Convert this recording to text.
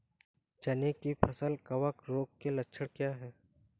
चना की फसल कवक रोग के लक्षण क्या है?